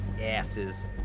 asses